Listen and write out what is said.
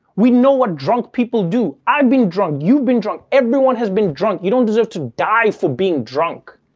we know what drunk people do. i've been drunk. you've been drunk. everyone has been drunk. you don't deserve to die for being drunk.